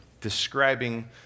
describing